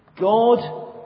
God